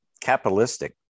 capitalistic